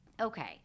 Okay